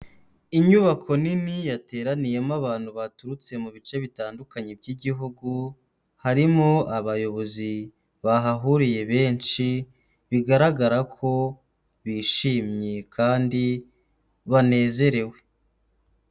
Inyubako nini yateraniyemo abantu baturutse mu bice bitandukanye by'igihugu, harimo abayobozi bahahuriye benshi bigaragara ko bishimye kandi banezerewe.